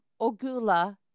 Ogula